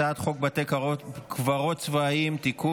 אני קובע כי הצעת חוק לשכת עורכי הדין (תיקון,